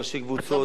ראשי קבוצות,